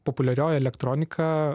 populiarioji elektroniką